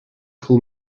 call